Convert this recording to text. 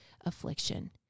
affliction